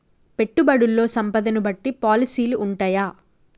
పెట్టుబడుల్లో సంపదను బట్టి పాలసీలు ఉంటయా?